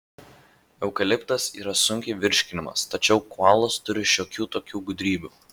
eukaliptas yra sunkiai virškinamas tačiau koalos turi šiokių tokių gudrybių